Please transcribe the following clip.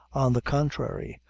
on the contrary,